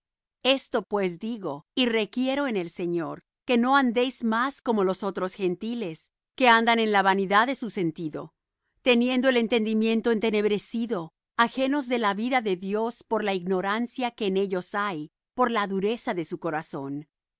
esto pues digo y requiero en el señor que no andéis más como los otros gentiles que andan en la vanidad de su sentido teniendo el entendimiento entenebrecido ajenos de la vida de dios por la ignorancia que en ellos hay por la dureza de su corazón